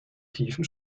tiefen